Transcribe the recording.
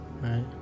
Right